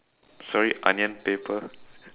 sorry onion paper